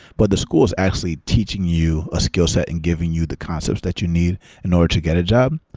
but the school is actually teaching you a skillset and giving you the concepts that you need in order to get a job.